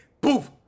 poof